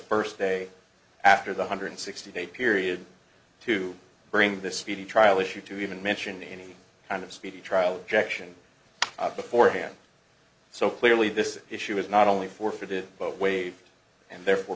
first day after the hundred sixty day period to bring this speedy trial issue to even mention any kind of speedy trial objection beforehand so clearly this issue is not only forfeited but waived and therefore